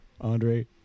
Andre